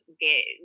get